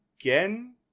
again